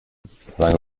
sein